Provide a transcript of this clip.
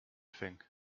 think